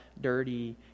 dirty